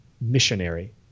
missionary